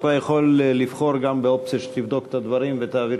אתה יכול גם לבחור באופציה שתבדוק את הדברים ותעביר